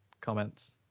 comments